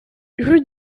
rue